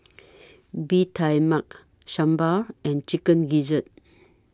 Bee Tai Mak Sambal and Chicken Gizzard